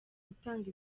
gutanga